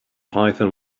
python